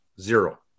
zero